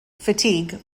fatigue